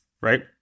right